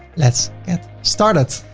let's get started.